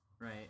Right